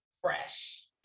fresh